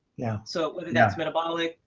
yeah so whether that's metabolic,